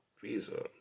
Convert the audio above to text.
Visa